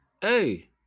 Hey